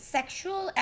Sexual